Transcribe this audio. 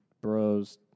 bros